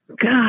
God